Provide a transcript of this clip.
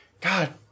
God